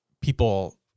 people